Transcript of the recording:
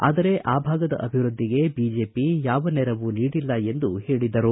ಆದರೆ ಆ ಭಾಗದ ಅಭಿವೃದ್ಧಿಗೆ ಬಿಜೆಪಿ ಯಾವ ನೆರವು ನೀಡಿಲ್ಲ ಎಂದು ಹೇಳಿದರು